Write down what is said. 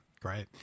great